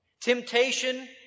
Temptation